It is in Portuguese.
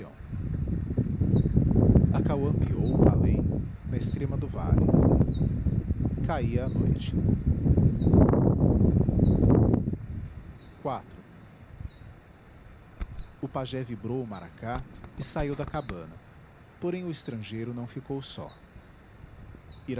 além na extrema do vale caía a noite o pajé vibrou o maracá e saiu da cabana porém o estrangeiro não ficou só